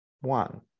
one